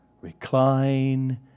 recline